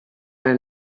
are